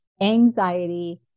anxiety